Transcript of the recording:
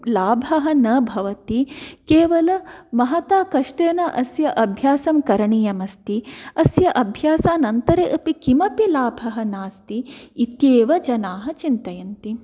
लाभः न भवति केवलं महता कष्टेन अस्य अभ्यासं करणीयमस्ति अस्य अभ्यासानन्तरे अपि किमपि लाभः नास्ति इत्येव जनाः चिन्तयन्ति